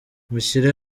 mushyire